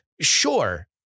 Sure